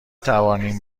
توانیم